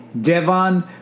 Devon